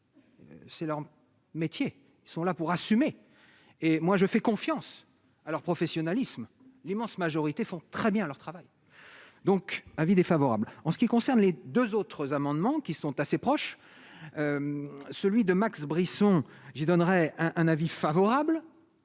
C'est leur métier, ils sont là pour assumer et moi je fais confiance à leur professionnalisme, l'immense majorité font très bien leur travail, donc avis défavorable en ce qui concerne les 2 autres amendements qui sont assez proches, celui de Max Brisson je donnerai un avis favorable,